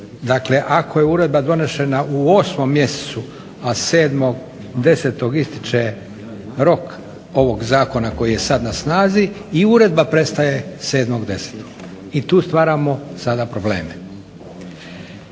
Dakle, ako je uredba donesena u 8. mjesecu, a 7.10. ističe rok ovog zakona koji je sada na snazi i uredba prestaje 7.10. i tu stvaramo sada probleme.